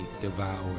devour